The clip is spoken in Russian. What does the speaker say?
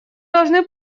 должны